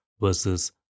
versus